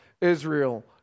Israel